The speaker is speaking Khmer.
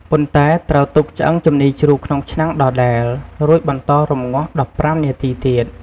ប៉ុន្តែត្រូវទុកឆ្អឹងជំនីជ្រូកក្នុងឆ្នាំងដដែល រួចបន្តរំងាស់១៥នាទីទៀត។